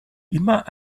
immer